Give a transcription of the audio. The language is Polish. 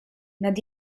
nad